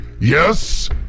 yes